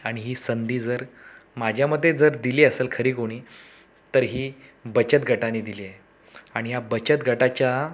आणि ही संधी जर माझ्या मते जर दिली असेल खरी कोणी तर ही बचत गटांनी दिली आहे आणि या बचत गटाच्या